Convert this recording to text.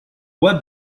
web